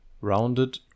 rounded